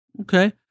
Okay